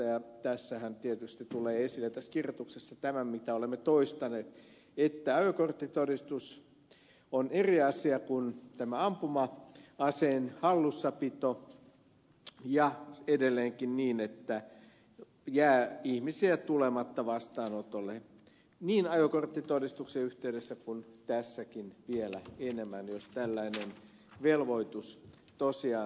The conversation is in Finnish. tässä kirjoituksessahan tietysti tulee esille tämä mitä olemme toistaneet että ajokorttitodistus on eri asia kuin tämä ampuma aseen hallussapito ja edelleenkin jää ihmisiä tulematta vastaanotolle niin ajokorttitodistuksen yhteydessä kuin tässäkin vielä enemmän jos tällainen velvoitus tosiaan toteutuu